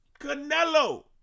Canelo